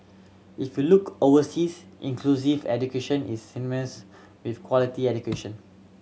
if you look overseas inclusive education is synonymous with quality education